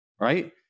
Right